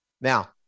Now